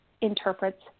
interprets